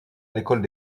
l’école